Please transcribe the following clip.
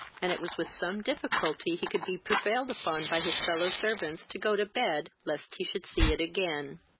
and it was with some difficulty he could be prevailed upon by his fellow-servants to go to bed, lest he should see it again.